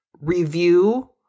review